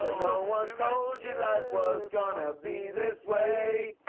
ah no one told you life was gonna be this way